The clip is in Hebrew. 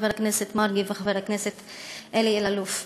חבר הכנסת מרגי וחבר הכנסת אלי אלאלוף.